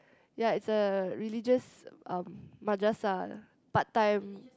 ya it's a religious um madrasah part time